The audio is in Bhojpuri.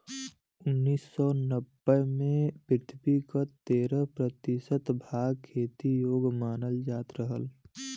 उन्नीस सौ नब्बे में पृथ्वी क तेरह प्रतिशत भाग खेती योग्य मानल जात रहल